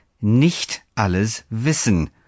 Nicht-Alles-Wissen